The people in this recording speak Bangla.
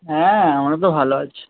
হ্যাঁ আমরা তো ভালো আছি